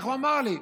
איך הוא אמר לי?